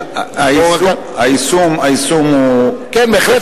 היישום הוא קשה,